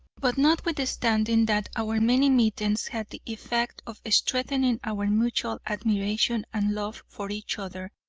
but notwithstanding that our many meetings had the effect of strengthening our mutual admiration and love for each other,